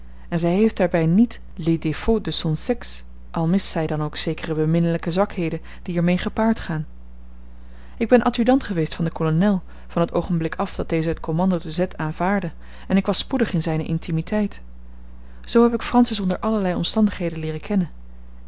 en zij heeft daarbij niet les défauts de son sexe al mist zij dan ook zekere beminnelijke zwakheden die er mee gepaard gaan ik ben adjudant geweest van den kolonel van t oogenblik af dat deze het commando te z aanvaardde en ik was spoedig in zijne intimiteit zoo heb ik francis onder allerlei omstandigheden leeren kennen